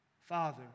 Father